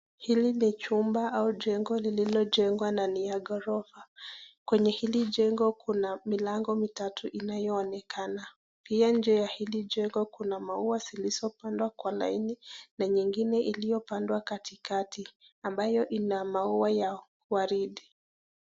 Hili ni jumba au jengo lilolojengwa na niya ghorofa. Kwenye hili jengo kuna milango mitatu inayoonekana pia inje ya hili jengo kuna maua zilizopandwa kwa laini na nyingine iliyopandwa katikati ambayo ina maua ya waridi.